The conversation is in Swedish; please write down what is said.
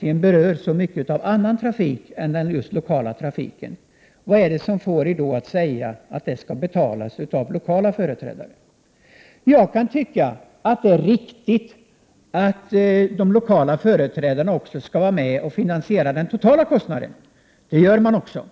de berör så mycket annan trafik än just den lokala trafiken, varför skall det betalas av lokala företrädare? Jag kan tycka att det är riktigt att de lokala företrädarna skall vara med och finansiera den totala kostnaden — det gör de också.